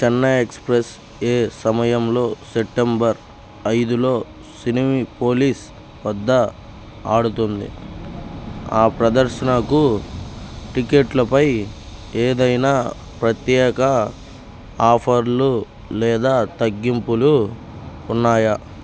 Chennai Express ఏ సమయంలో September ఐదులో సినీ పోలిస్ వద్ద ఆడుతుంది ఆ ప్రదర్శనకు టిక్కెట్లపై ఏదైనా ప్రత్యేక ఆఫర్లు లేదా తగ్గింపులు ఉన్నాయా